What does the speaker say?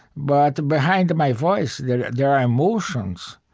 but behind my voice there there are emotions.